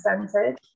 percentage